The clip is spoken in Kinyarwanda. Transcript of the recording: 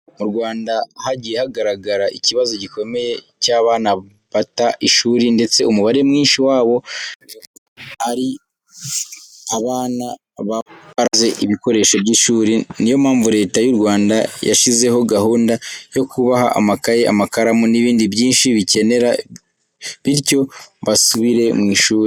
Mu Rwanda hagiye hagaragara ikibazo gikomeye cy'abana bata ishuri ndetse umubare mwinshi wabo bikagaragara ko ari abana baba barabuze ibikoresho by'ishuri. Niyo mpamvu Leta y'u Rwanda yashyizeho gahunda yo kubaha amakayi, amakaramu n'ibindi byinshi bakenera bityo basubire mu ishuri.